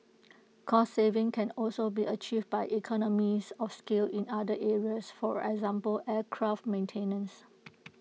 cost saving can also be achieved by economies of scale in other areas for example aircraft maintenance